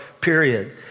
period